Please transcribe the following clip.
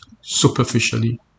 superficially